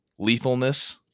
lethalness